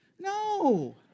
No